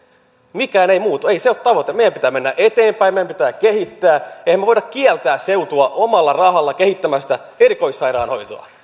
mikään ei muutu ei se ole tavoite meidän pitää mennä eteenpäin meidän pitää kehittää emme me voi kieltää seutua omalla rahallaan kehittämästä erikoissairaanhoitoa